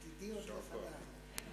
עתידי עוד לפני.